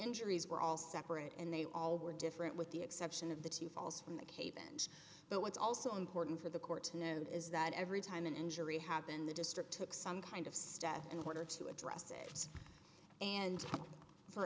injuries were all separate and they all were different with the exception of the two falls from the cape and but what's also important for the court to note is that every time an injury have been the district took some kind of step in order to address it and for